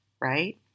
Right